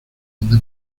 donde